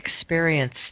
experience